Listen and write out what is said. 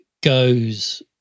goes